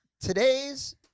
today's